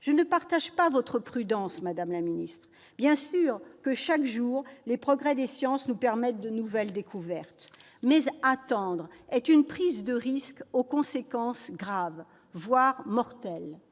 Je ne partage pas votre prudence, madame la ministre. Bien sûr, chaque jour, les progrès des sciences nous permettent de nouvelles découvertes. Mais attendre est une prise de risques aux conséquences graves, voire mortelles.